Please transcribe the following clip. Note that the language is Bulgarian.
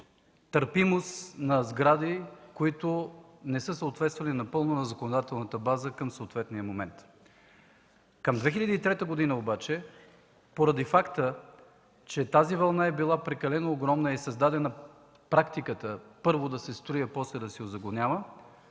търпимост на сгради, които не са съответствали напълно на законодателната база към съответния момент. Към 2003 г. обаче, поради факта че тази вълна е била прекалено огромна и е създадена практиката – първо да се строи, а после да се узаконява,